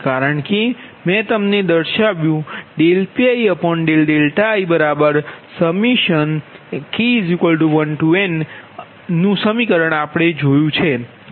કારણ કે મે તમને દર્શાવ્યું Piik1nViVkYiksin⁡ik ik Vi2Yiisin⁡ આ સમીકરણ 65 છે